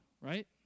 right